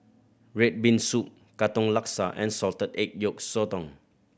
red bean soup Katong Laksa and salted egg yolk sotong